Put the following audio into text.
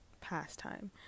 pastime